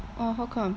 oh how come